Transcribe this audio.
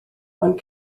ond